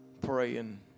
praying